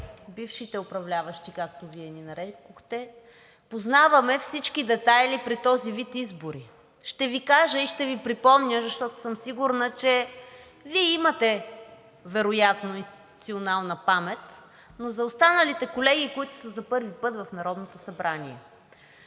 бившите управляващи, както Вие ни нарекохте, познаваме всички детайли при този вид избори. Ще Ви кажа и ще Ви припомня, защото съм сигурна, че Вие имате вероятно институционална памет, но за останалите колеги, които са за първи път в Народното събрание: